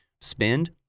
spend